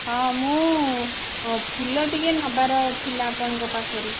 ହଁ ମୁଁ ଫୁଲ ଟିକିଏ ନେବାର ଥିଲା ଆପଣଙ୍କ ପାଖରୁ